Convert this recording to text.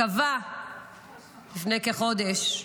קבע לפני כחודש,